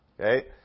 Okay